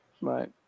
Right